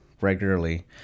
regularly